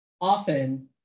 often